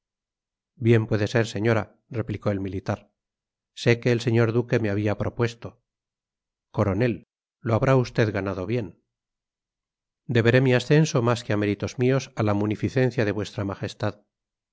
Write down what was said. bien puede ser señora replicó el militar sé que el señor duque me había propuesto coronel lo habrá usted ganado bien deberé mi ascenso más que a méritos míos a la munificencia de vuestra majestad